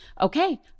Okay